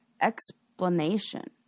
explanation